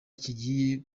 kigiye